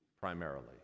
primarily